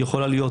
היא יכולה להיות